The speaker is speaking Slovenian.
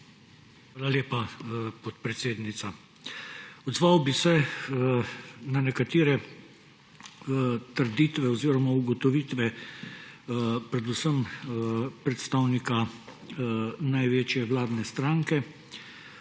Hvala lepa, podpredsednica. Odzval bi se na nekatere trditve oziroma ugotovitve predvsem predstavnika največje vladne stranke